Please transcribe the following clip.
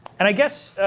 and i guess